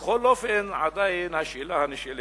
בכל אופן עדיין השאלה נשאלת.